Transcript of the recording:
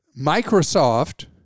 Microsoft